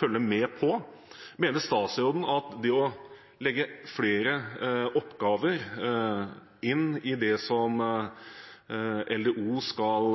følge med på. Mener statsråden at det å legge flere oppgaver inn i det som LDO skal